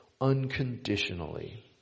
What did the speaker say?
unconditionally